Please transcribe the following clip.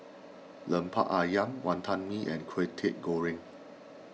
Lemper Ayam Wantan Mee and Kwetiau Goreng